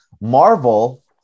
Marvel